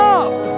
up